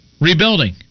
Rebuilding